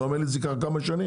אתה אומר לי שזה ייקח כמה שנים.